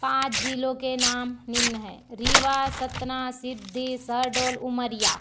पाँच जिलों के नाम निम्न हैं रीवा सतना सिद्धी शहडोल उमरिया